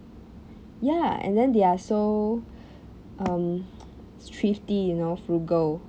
ya and then they are so um thrifty you know frugal